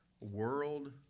world